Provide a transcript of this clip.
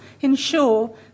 ensure